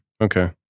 Okay